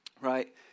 Right